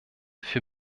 für